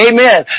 Amen